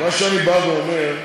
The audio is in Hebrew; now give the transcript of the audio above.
מה שאני בא ואומר,